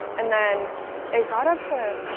and then it got up to